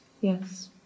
yes